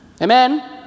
Amen